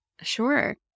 Sure